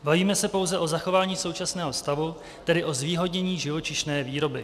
Bavíme se pouze o zachování současného stavu, tedy o zvýhodnění živočišné výroby.